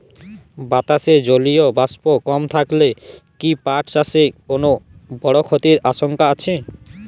বাতাসে জলীয় বাষ্প কম থাকলে কি পাট চাষে কোনো বড় ক্ষতির আশঙ্কা আছে?